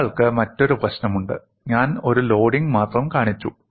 നിങ്ങൾക്ക് മറ്റൊരു പ്രശ്നമുണ്ട് ഞാൻ ഒരു ലോഡിംഗ് മാത്രം കാണിച്ചു